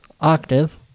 octave